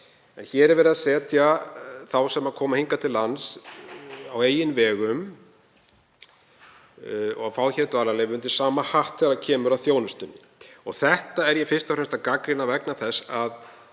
en hér er verið að setja þá sem koma hingað til lands á eigin vegum og fá hér dvalarleyfi undir sama hatt þegar kemur að þjónustunni. Þetta er ég fyrst og fremst að gagnrýna vegna þess að